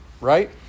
Right